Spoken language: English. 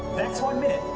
that's one minute.